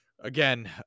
Again